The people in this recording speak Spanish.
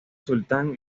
sultán